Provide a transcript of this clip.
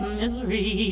misery